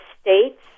states